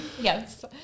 Yes